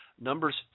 Numbers